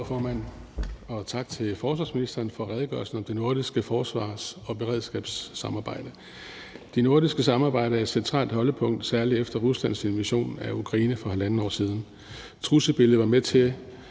tak til forsvarsministeren for redegørelsen om det nordiske forsvars- og beredskabssamarbejde. Det nordiske samarbejde er et centralt holdepunkt, særlig efter Ruslands invasion af Ukraine for halvandet år siden. Trusselsbilledet var med til